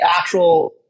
actual